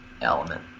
element